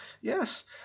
yes